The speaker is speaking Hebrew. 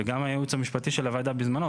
וגם היעוץ המשפטי של הוועדה בזמנו,